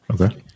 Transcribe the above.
okay